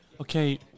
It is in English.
Okay